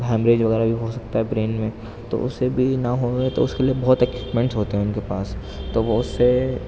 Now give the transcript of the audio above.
haemorrhage وغیرہ بھی ہو سکتا ہے برین میں تو اس سے بھی نہ ہوگا تو اس کے لیے بہت آکیوپمنٹس ہوتے ہیں ان کے پاس تو وہ اس سے